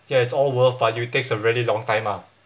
ya it's all worth but you takes a really long time ah